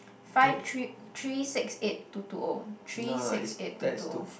five three three six eight two two O three six eight two two O